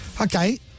Okay